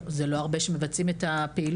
זה לא הרבה כשמבצעים את הפעילות.